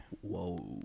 Whoa